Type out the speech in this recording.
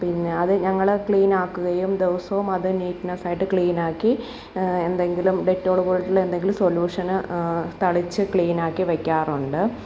പിന്നെ അതു ഞങ്ങൾ ക്ലീന് ആക്കുകയും ദിവസവും അതു നീറ്റ്നെസ്സ് ആയിട്ട് ക്ലീനാക്കി എന്തെങ്കിലും ഡെറ്റോൾ പോലെയുള്ള എന്തെങ്കിലും സൊലൂഷൻ തളിച്ച് ക്ലീനാക്കി വെയ്ക്കാറുണ്ട്